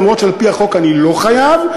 אף שעל-פי החוק אני לא חייב,